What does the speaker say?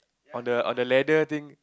on the on the ladder thing